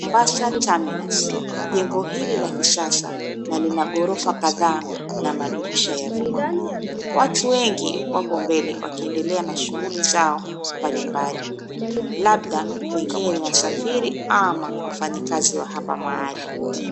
Mombasa Terminus. Jengo hili la kisasa na lina ghorofa kadhaa na madirisha ya vioo. Watu wengi wako mbele na wakiendelea na shughuli zao mbalimbali, labda wengine na wasafiri ama wafanyikazi wa hapa mahali.